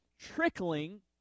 trickling